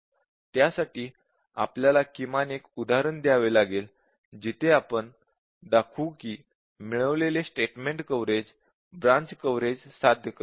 त्यासाठी आपल्याला किमान एक उदाहरण द्यावे लागेल जिथे आपण दाखवू की मिळवलेले स्टेटमेंट कव्हरेज ब्रांच कव्हरेज साध्य करत नाही